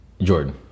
Jordan